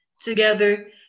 together